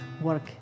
work